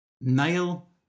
nail